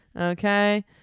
Okay